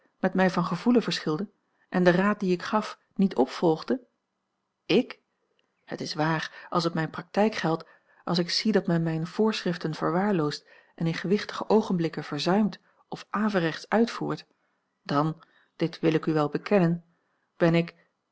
met mij van gevoelen verschilde en den raad dien ik gaf niet opvolgde ik het is waar als het mijn praktijk geldt als ik zie dat men mijne voorschriften verwaarloost en in gewichtige oogenblikken verzuimt of averechts uitvoert dan dit wil ik u wel bea l